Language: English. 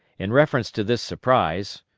in reference to this surprise,